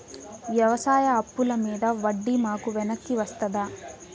వ్యవసాయ అప్పుల మీద వడ్డీ మాకు వెనక్కి వస్తదా?